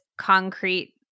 concrete